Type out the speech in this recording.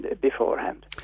beforehand